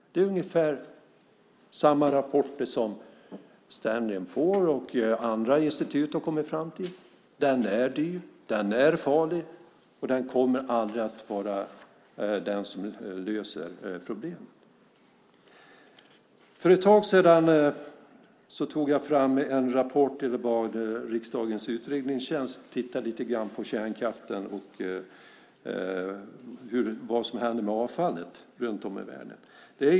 Det är ungefär samma sak i de rapporter som Standard & Poors och andra institut har kommit fram till. Den är dyr och farlig och kommer aldrig att vara det som löser problemen. För ett tag sedan tog jag fram en rapport, där riksdagens utredningstjänst tittade lite grann på kärnkraften och vad som händer med avfallet runt om i världen.